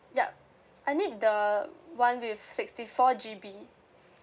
yup I need the one with sixty four G_B